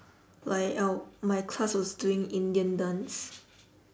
like uh my class was doing indian dance